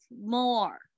more